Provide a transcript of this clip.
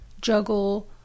juggle